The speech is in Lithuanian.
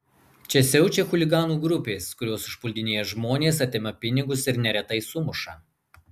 čia siaučia chuliganų grupės kurios užpuldinėja žmones atima pinigus ir neretai sumuša